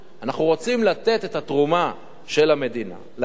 אנחנו רוצים לתת את התרומה של המדינה לעניין הזה.